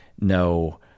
no